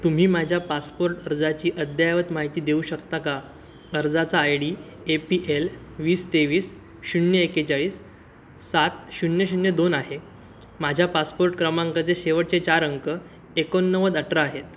तुम्ही माझ्या पासपोर्ट अर्जाची अद्यायवत माहिती देऊ शकता का अर्जाचा I D A P L वीस तेवीस शून्य एक्केचाळीस सात शून्य शून्य दोन आहे माझ्या पासपोर्ट क्रमांकाचे शेवटचे चार अंक एकोणनव्वद अठरा आहेत